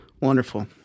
Wonderful